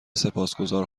سپاسگذار